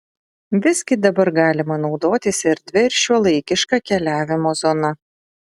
visgi dabar galima naudotis erdvia ir šiuolaikiška keliavimo zona